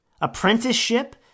Apprenticeship